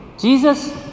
Jesus